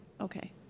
Okay